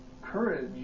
courage